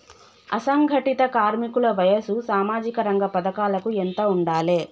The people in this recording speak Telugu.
అసంఘటిత కార్మికుల వయసు సామాజిక రంగ పథకాలకు ఎంత ఉండాలే?